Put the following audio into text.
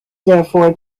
therefore